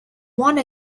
want